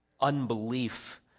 unbelief